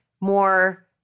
more